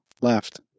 left